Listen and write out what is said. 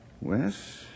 Wes